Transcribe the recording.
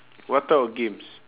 what type of games